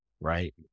right